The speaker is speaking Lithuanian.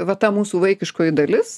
va ta mūsų vaikiškoji dalis